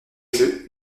jeu